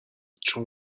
چون